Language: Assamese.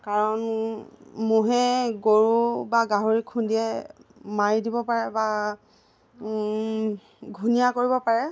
কাৰণ ম'হে গৰু বা গাহৰিক খুন্দিয়াই মাৰি দিব পাৰে বা ঘূণীয়া কৰিব পাৰে